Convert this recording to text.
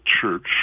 Church